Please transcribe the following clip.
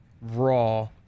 Raw